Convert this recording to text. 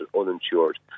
uninsured